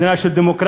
מדינה של דמוקרטיה,